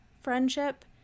friendship